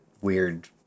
weird